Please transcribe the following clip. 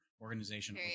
organization